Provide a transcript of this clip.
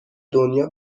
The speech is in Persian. دنیا